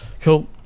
Cool